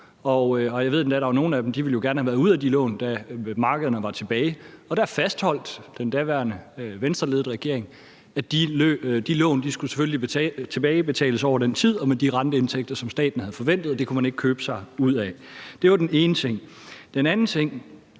nogle af dem, der gerne ville have været ude af de lån, da markederne var tilbage, og der fastholdt den daværende Venstreledede regering, at de lån selvfølgelig skulle tilbagebetales over den tid og med de renteindtægter, som staten havde forventet, og det kunne man ikke købe sig ud af. Det var den ene ting.